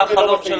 זה החלום של האוצר.